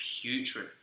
putrid